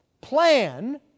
plan